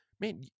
man